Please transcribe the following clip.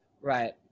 right